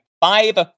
five